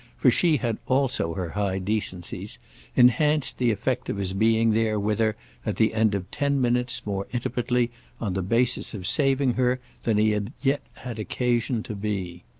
for she had also her high decencies enhanced the effect of his being there with her at the end of ten minutes more intimately on the basis of saving her than he had yet had occasion to be.